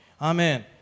Amen